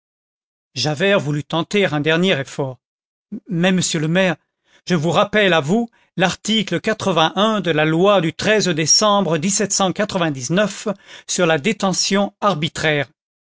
javert voulut tenter un dernier effort mais monsieur le maire je vous rappelle à vous l'article quatre-vingt-un de la loi du décembre sur la détention arbitraire